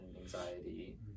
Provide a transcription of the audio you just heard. anxiety